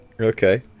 okay